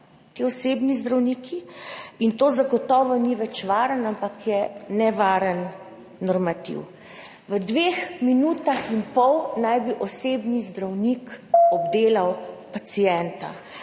na dan in to zagotovo ni več varen, ampak je nevaren normativ. V dveh minutah in pol naj bi osebni zdravnik obdelal pacienta